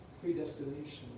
predestination